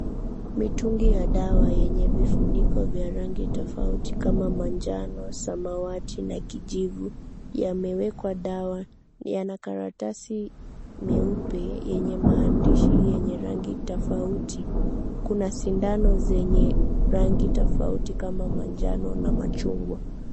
Mitungi ya dawa yenye vifuniko vya rangi tofauti kama manjano, samawati na kijivu yameekwa dawa yana karatasi meupe yenye maandishi yenye rangi tofauti na sindano zenye rangi tofauti kama manjano na machungwa.